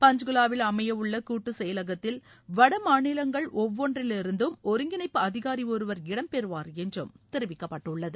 பஞ்குலாவில் அமையவுள்ள கூட்டுச் செயலகத்தில் வட மாநிலங்கள் ஒவ்வொன்றிலிருந்தும் ஒருங்கிணைப்பு அதிகாரி ஒருவர் இடம்பெறுவார் என்றும் தெரிவிக்கப்பட்டுள்ளது